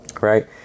Right